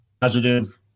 positive